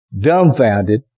dumbfounded